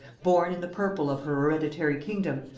born in the purple of her hereditary kingdom,